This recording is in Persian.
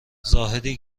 زاهدی